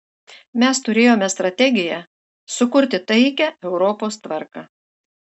mes turėjome strategiją sukurti taikią europos tvarką